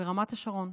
ברמת השרון.